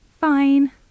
Fine